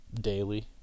daily